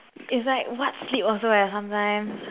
it's like what sleep also leh sometimes